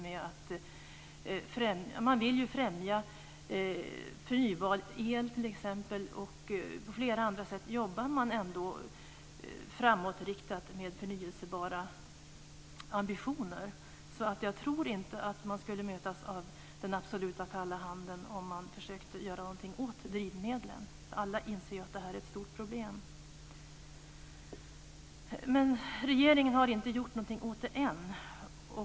Man vill främja t.ex. förnybar el och jobbar på flera andra sätt framåt med ambitioner. Jag tror inte att man skulle mötas av kalla handen om man försökte göra något åt drivmedlen. Alla inser ju att de är ett stort problem. Regeringen har inte gjort något åt det än.